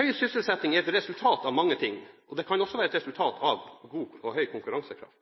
Høy sysselsetting er et resultat av mange ting. Det kan også være et resultat av god og høy konkurransekraft.